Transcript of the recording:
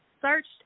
searched